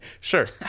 Sure